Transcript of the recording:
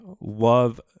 love